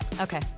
Okay